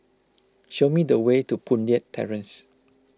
show me the way to Boon Leat Terrace